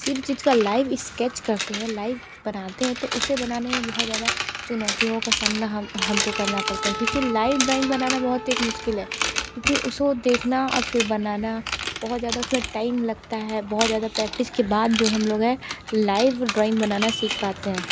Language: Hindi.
किसी भी चीज़ का लाइव इस्केच करते हैं लाइव बनाते हैं तो उसे बनाने में बहुत ज़्यादा चुनौतियों का सामना हम हमको करना पड़ता है क्यूँकि लाइव ड्रॉइंग बनाना बहुत एक मुश्किल है क्यूँकि उसको देखना और फिर बनाना बहुत ज़्यादा उसमें टाइम लगता है बहुत ज़्यादा प्रैक्टिस के बाद जो हम लोग हैं लाइव ड्रॉइंग बनाना सीख पाते हैं